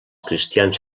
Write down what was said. cristians